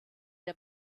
der